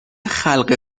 خلق